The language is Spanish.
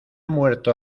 muerto